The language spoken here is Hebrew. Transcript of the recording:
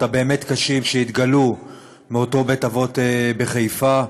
הבאמת-קשים שהתגלו באותו בית-אבות בחיפה.